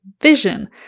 vision